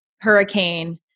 hurricane